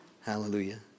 Hallelujah